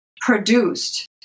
produced